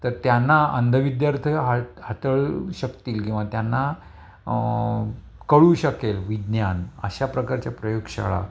तर त्यांना अंधविद्यार्थी हाळ हातळू शकतील किंवा त्यांना कळू शकेल विज्ञान अशा प्रकारच्या प्रयोगशाळा